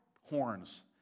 horns